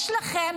יש לכם,